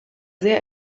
sehr